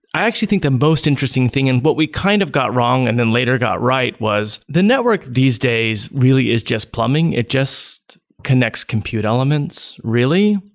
i actually think the most interesting thing and what we kind of got wrong and then later got right was the network these days really is just plumbing. it just connects compute elements really,